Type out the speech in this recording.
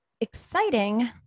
exciting